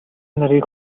нарыг